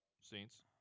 Saints